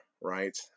right